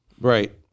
Right